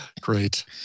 Great